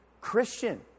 Christian